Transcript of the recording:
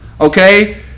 okay